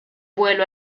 vuelo